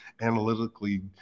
analytically